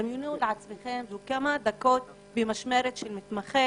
דמיינו לעצמכם כמה דקות במשמרת של מתמחה